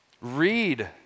Read